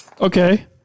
Okay